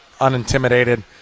unintimidated